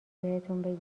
بهتون